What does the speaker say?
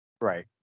Right